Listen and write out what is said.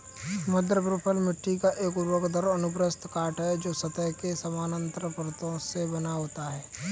मृदा प्रोफ़ाइल मिट्टी का एक ऊर्ध्वाधर अनुप्रस्थ काट है, जो सतह के समानांतर परतों से बना होता है